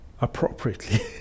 appropriately